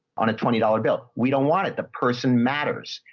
on a twenty dollars bill. we don't want it. the person matters.